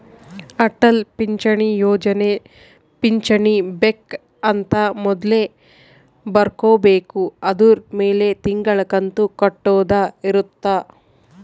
ಅಟಲ್ ಪಿಂಚಣಿ ಯೋಜನೆ ಪಿಂಚಣಿ ಬೆಕ್ ಅಂತ ಮೊದ್ಲೇ ಬರ್ಕೊಬೇಕು ಅದುರ್ ಮೆಲೆ ತಿಂಗಳ ಕಂತು ಕಟ್ಟೊದ ಇರುತ್ತ